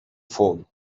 fall